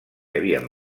havien